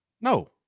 No